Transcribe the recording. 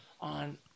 on –